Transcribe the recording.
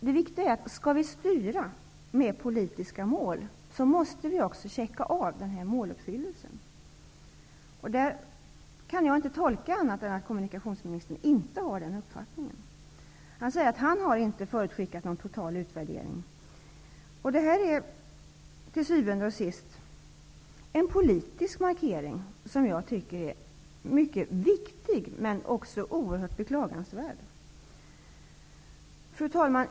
Det viktiga är att om vi skall styra med politiska mål, måste vi också stämma av att målen uppfylls. Jag kan inte tolka det på annat sätt än att kommunikationsministern inte har den uppfattningen. Kommunikationsministern säger att han inte har förutskickat någon total utvärdering. Det är till syvende och sist en politisk markering som är mycket viktig, men också oerhört beklagansvärd. Fru talman!